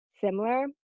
similar